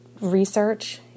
research